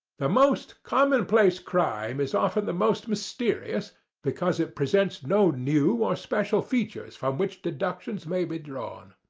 the most commonplace crime is often the most mysterious because it presents no new or special features from which deductions may be drawn.